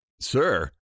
Sir